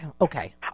okay